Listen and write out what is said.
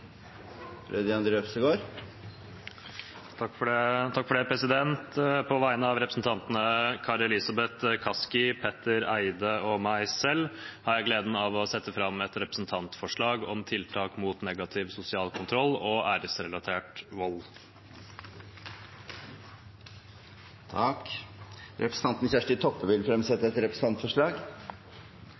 På vegne av representantene Kari Elisabeth Kaski, Petter Eide og meg selv har jeg gleden av å sette fram et representantforslag om tiltak mot negativ sosial kontroll og æresrelatert vold. Representanten Kjersti Toppe vil fremsette et representantforslag. På vegner av representantane Emilie Enger Mehl, Steinar Ness, Siv Mossleth og meg sjølv vil eg leggja fram eit representantforslag